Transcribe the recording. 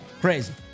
Crazy